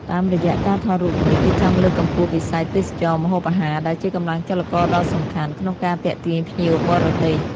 តាមរយៈការថតរូបនេះ គេចង់លើកកម្ពស់វិស័យទេសចរណ៍ម្ហូបអាហារ ដែលជាកម្លាំងចលករដ៏សំខាន់ក្នុងការទាក់ទាញភ្ញៀវបរទេស។